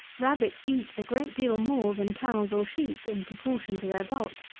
rabbits eat a great deal more than cows or sheep in proportion to their bulk.